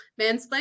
mansplain